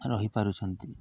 ରହିପାରୁଛନ୍ତି